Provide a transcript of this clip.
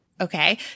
Okay